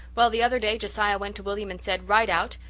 well, the other day josiah went to william and said right out,